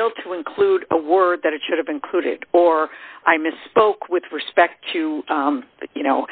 fails to include a word that it should have included or i misspoke with respect to you know